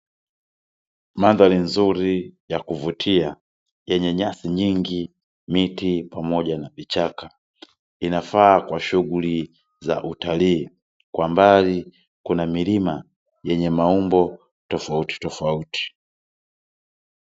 Mandhari nzuri ya kuvutia yenye nyasi nyingi, miti pamoja na vichaka, inafaa kwa shughuli za utalii, kwa mbali kuna milima yenye maumbo tofauti tofauti.